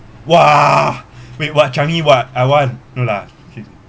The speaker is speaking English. !wah! wait what changi what I want no lah